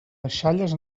deixalles